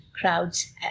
crowds